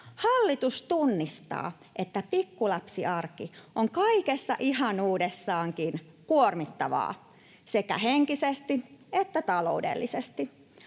Hallitus tunnistaa, että pikkulapsiarki on kaikessa ihanuudessaankin kuormittavaa sekä henkisesti että taloudellisesti.